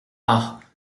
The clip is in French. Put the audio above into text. rares